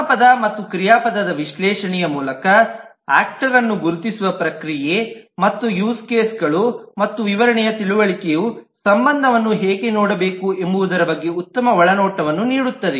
ನಾಮಪದ ಮತ್ತು ಕ್ರಿಯಾಪದದ ವಿಶ್ಲೇಷಣೆಯ ಮೂಲಕ ಆಕ್ಟರನ್ನು ಗುರುತಿಸುವ ಪ್ರಕ್ರಿಯೆ ಮತ್ತು ಯೂಸ್ ಕೇಸ್ಗಳು ಮತ್ತು ವಿವರಣೆಯ ತಿಳುವಳಿಕೆಯು ಸಂಬಂಧವನ್ನು ಹೇಗೆ ನೋಡಬೇಕು ಎಂಬುದರ ಬಗ್ಗೆ ಉತ್ತಮ ಒಳನೋಟವನ್ನು ನೀಡುತ್ತದೆ